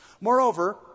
Moreover